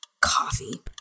Coffee